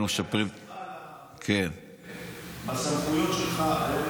אגב, סליחה, בסמכויות שלך?